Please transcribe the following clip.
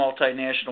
multinational